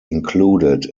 included